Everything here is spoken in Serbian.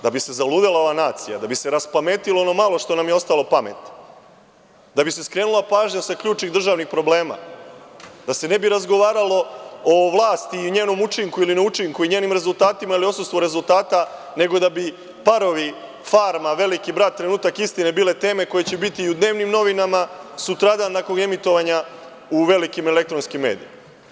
Da bi se zaludela ova nacija, da bi se raspametilo ono malo što nam je ostalo pameti, da bi se skrenula pažnja sa ključnih državnih problema, da se ne bi razgovaralo o vlasti i o njenom učinku ili neučinku i njenim rezultatima ili odsustvo rezultata, nego da bi „Parovi“, „Farma“, „Veliki brat“, „Trenutak istine“ bile teme koje će biti u dnevnim novinama, sutradan nakon emitovanja u velikim elektronskim medijima.